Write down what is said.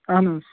اَہَن حظ